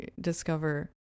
discover